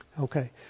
Okay